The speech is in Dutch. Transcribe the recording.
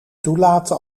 toelaten